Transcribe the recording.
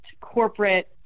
corporate